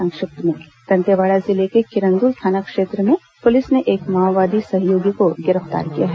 संक्षिप्त समाचार दंतेवाड़ा जिले के किरंदुल थाना क्षेत्र में पुलिस ने एक माओवादी सहयोगी को गिरफ्तार किया है